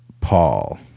Paul